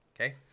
Okay